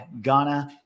Ghana